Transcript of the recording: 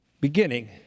beginning